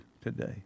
today